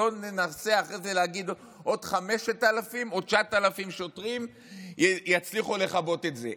שלא ננסה אחר כך להגיד: עוד 5,000 או 9,000 שוטרים יצליחו לכבות את זה.